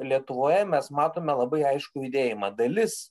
lietuvoje mes matome labai aiškų judėjimą dalis